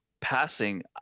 Passing